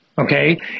okay